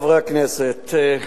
חברי הכנסת,